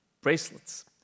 bracelets